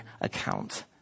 account